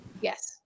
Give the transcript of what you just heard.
Yes